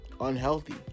unhealthy